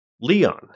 Leon